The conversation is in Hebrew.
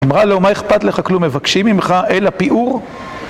אמרה לו, מה אכפת לך? כלום מבקשים ממך, אלא פיעור?